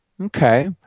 Okay